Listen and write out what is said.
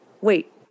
Wait